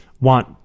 want